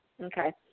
Okay